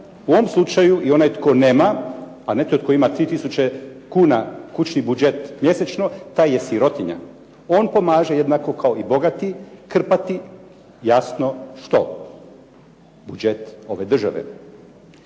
U ovom slučaju i onaj tko nema, a netko tko ima 3 tisuće kuna kućni budžet mjesečno, taj je sirotinja. On pomaže jednako kao i bogati krpati jasno što? Budžet ove države.